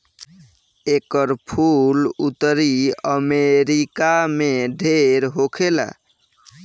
एकर फूल उत्तरी अमेरिका में ढेर होखेला